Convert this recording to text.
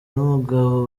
n’umugabo